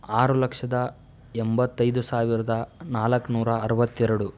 ಆರು ಲಕ್ಷದ ಎಂಬತ್ತೈದು ಸಾವಿರದ ನಾಲ್ಕುನೂರ ಅರುವತ್ತೆರಡು